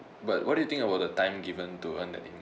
but what do you think about the time given to earn that in